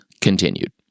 continued